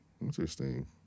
Interesting